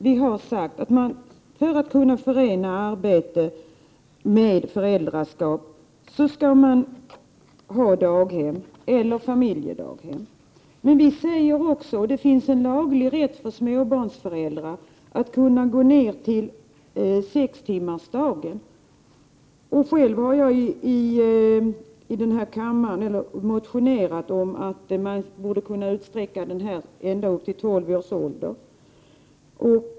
Vi har sagt att för att kunna möjliggöra ett förenande av arbete med föräldraskap skall man ha daghem eller familjedaghem. Men vi säger också att det finns en laglig rätt för småbarnsföräldrar att gå ner till sex timmars arbetsdag. Själv har jag motionerat i riksdagen om att den förmånen skulle utsträckas ända till tolv års ålder.